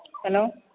hello